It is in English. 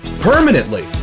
permanently